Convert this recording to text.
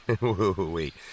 Wait